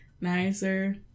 nicer